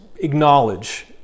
acknowledge